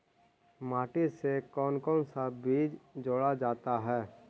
माटी से कौन कौन सा बीज जोड़ा जाता है?